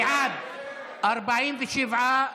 בעד, 47,